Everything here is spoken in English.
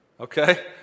Okay